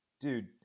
Dude